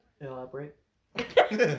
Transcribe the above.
Elaborate